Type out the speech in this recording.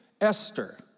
Esther